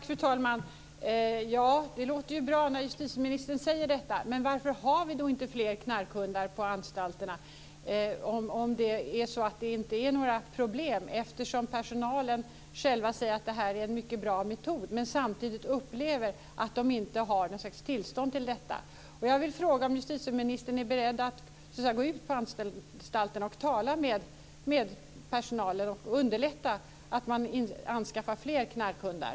Fru talman! Det låter ju bra när justitieministern säger detta. Men varför har vi då inte fler knarkhundar på anstalterna om det är så att det inte är några problem? Personalen säger ju själva att det här är en mycket bra metod, men de upplever samtidigt att de inte har något slags tillstånd till detta. Jag vill fråga om justitieministern är beredd att gå ut på anstalterna och tala med personal och underlätta att man anskaffar fler knarkhundar.